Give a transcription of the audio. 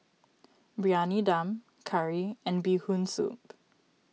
Briyani Dum Curry and Bee Hoon Soup